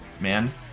man